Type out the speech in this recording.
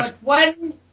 One